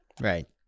Right